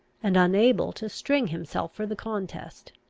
and unable to string himself for the contest.